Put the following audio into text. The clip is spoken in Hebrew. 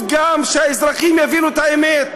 עם דיונים,